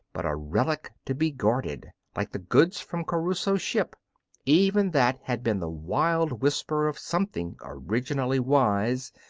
but a relic to be guarded, like the goods from crusoe's ship even that had been the wild whisper of something originally wise,